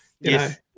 Yes